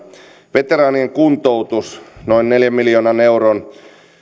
veteraanien kuntoutus noin neljän miljoonan euron